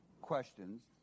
questions